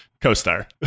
co-star